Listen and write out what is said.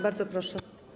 Bardzo proszę.